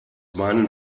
meinen